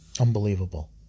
Unbelievable